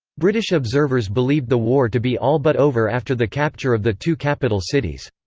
british observers believed the war to be all but over after the capture of the two capital cities.